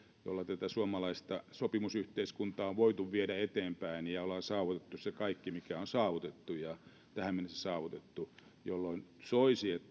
jolla tätä suomalaista sopimusyhteiskuntaa on voitu viedä eteenpäin ja ollaan saavutettu se kaikki mikä on tähän mennessä saavutettu jolloin soisi